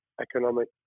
economic